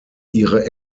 ihre